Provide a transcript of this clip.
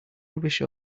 rubbish